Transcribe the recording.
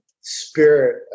spirit